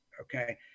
okay